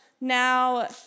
Now